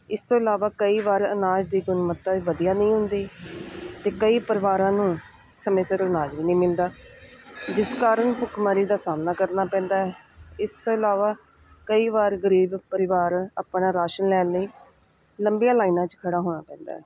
ਇਸ ਤੋਂ ਇਲਾਵਾ ਕਈ ਵਾਰ ਅਨਾਜ ਦੀ ਗੁਣਵੱਤਾ ਵੀ ਵਧੀਆ ਨਹੀਂ ਹੁੰਦੀ ਅਤੇ ਕਈ ਪਰਿਵਾਰਾਂ ਨੂੰ ਸਮੇਂ ਸਿਰ ਅਨਾਜ ਵੀ ਨਹੀਂ ਮਿਲਦਾ ਜਿਸ ਕਾਰਨ ਭੁੱਖਮਰੀ ਦਾ ਸਾਹਮਣਾ ਕਰਨਾ ਪੈਂਦਾ ਇਸ ਤੋਂ ਇਲਾਵਾ ਕਈ ਵਾਰ ਗਰੀਬ ਪਰਿਵਾਰ ਆਪਣਾ ਰਾਸ਼ਨ ਲੈਣ ਲਈ ਲੰਬੀਆਂ ਲਾਈਨਾਂ 'ਚ ਖੜ੍ਹਾ ਹੋਣਾ ਪੈਂਦਾ ਹੈ